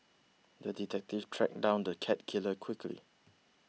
the detective tracked down the cat killer quickly